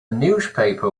newspaper